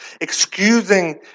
excusing